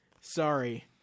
Sorry